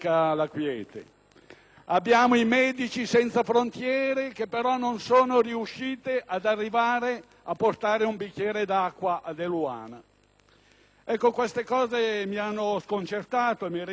Abbiamo i «Medici senza frontiere», che però non sono riusciti ad arrivare a portare un bicchiere d'acqua ad Eluana. Ecco, queste cose mi hanno sconcertato, mi rendono